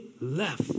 left